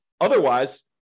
Otherwise